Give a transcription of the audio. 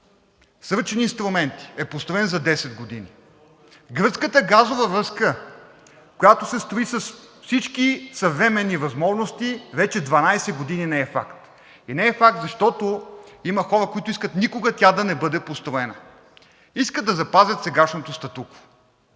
ръчни инструменти, е построен за 10 години! Гръцката газова връзка, която се строи с всички съвременни възможности, вече 12 години не е факт. И не е факт, защото има хора, които искат никога тя да не бъде построена. Искат да запазят сегашното статукво.